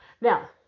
Now